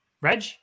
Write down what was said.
Reg